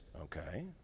Okay